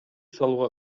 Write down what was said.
салууга